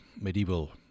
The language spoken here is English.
medieval